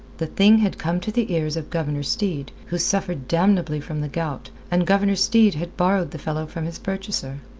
the thing had come to the ears of governor steed, who suffered damnably from the gout, and governor steed had borrowed the fellow from his purchaser.